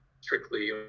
strictly